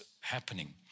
happening